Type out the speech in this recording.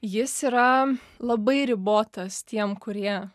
jis yra labai ribotas tiem kurie